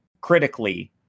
critically